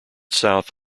south